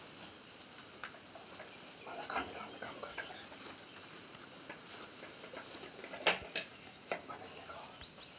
वनस्पतीत पुनरुत्पादन कसा होता?